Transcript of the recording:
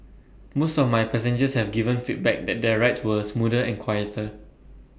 most of my passengers have given feedback that their rides were smoother and quieter